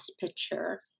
picture